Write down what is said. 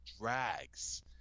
drags